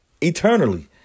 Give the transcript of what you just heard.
eternally